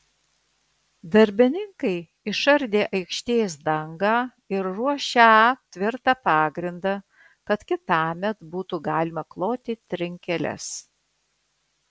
darbininkai išardė aikštės dangą ir ruošią tvirtą pagrindą kad kitąmet būtų galima kloti trinkeles